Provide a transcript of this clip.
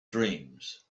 dreams